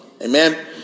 Amen